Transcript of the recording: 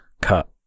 cut